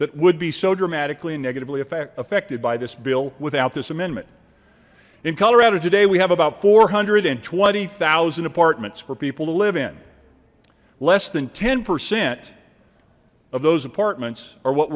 that would be so dramatically and negatively affect affected by this bill without this amendment in colorado today we have about four hundred and twenty thousand apartments for people to live in less than ten percent of those apartments are what